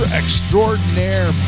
extraordinaire